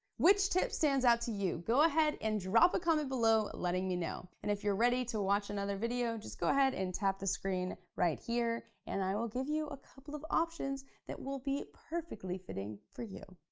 which tip stands out to you? go ahead and drop a comment below letting me know. and if you're ready to watch another video, just go ahead and tap the screen right here, and i will give you a couple of options that will be perfectly fitting for you.